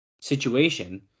situation